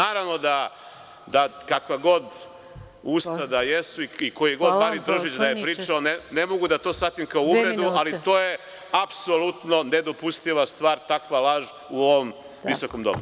Naravno da kakva god usta da jesu i koji god Marin Držić da je pričao, ne mogu da to shvatim kao uvredu, ali to je apsolutno nedopustiva stvar, takva laž u ovom visokom domu.